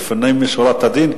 זה לפנים משורת הדין,